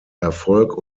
erfolg